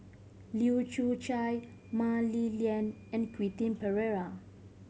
Leu Yew Chye Mah Li Lian and Quentin Pereira